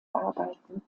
arbeiten